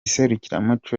serukiramuco